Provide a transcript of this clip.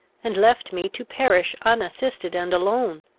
and left me to perish unassisted and alone.